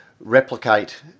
replicate